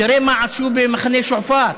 תראה מה עשו במחנה שועפאט,